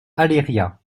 aléria